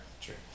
True